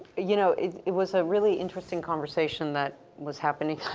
you know it was a really interesting conversation that was happening,